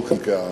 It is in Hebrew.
כל חלקי העם,